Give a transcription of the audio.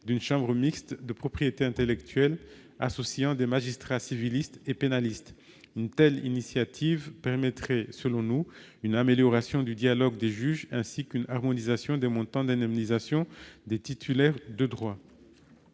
d'une chambre mixte de propriété intellectuelle associant des magistrats civilistes et pénalistes. Une telle initiative permettrait selon nous une amélioration du dialogue des juges ainsi qu'une harmonisation des montants d'indemnisation versés aux titulaires de droits.